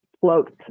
floats